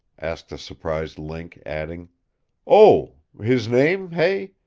asked the surprised link, adding oh, his name, hey?